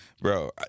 Bro